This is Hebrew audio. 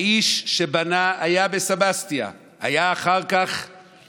האיש שבנה, היה בסבסטיה, היה אחר כך